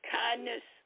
kindness